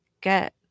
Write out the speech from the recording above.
get